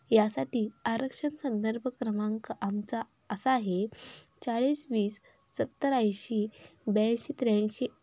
यासाठी आरक्षण संदर्भ क्रमांक आमचा असा आहे चाळीस वीस सत्तर ऐंशी ब्याऐंशी त्र्याऐंशी